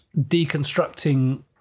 deconstructing